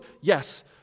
Yes